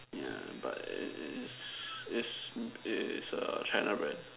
yeah but is is is is is a China brand